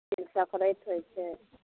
तिलसंक्राति होइ छै